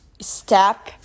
step